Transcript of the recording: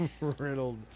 Riddled